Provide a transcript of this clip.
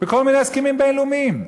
בכל מיני הסכמים בין-לאומיים.